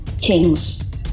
kings